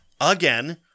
again